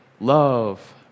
love